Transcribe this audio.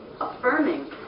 affirming